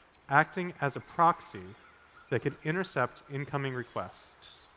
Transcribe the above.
acting as a proxy that could intercept incoming requests.